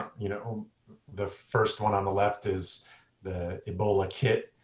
you know the first one on the left is the ebola kit.